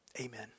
Amen